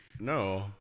No